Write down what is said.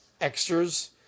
extras